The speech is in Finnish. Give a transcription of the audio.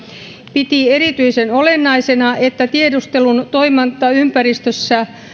piti erityisen olennaisena että tiedustelun toimintaympäristössä